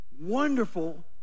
wonderful